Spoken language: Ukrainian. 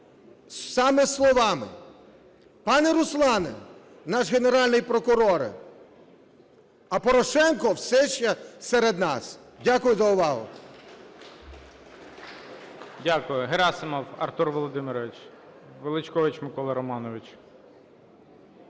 саме словами: "Пане Руслане, наш Генеральний прокуроре, а Порошенко все ще серед нас". Дякую за увагу.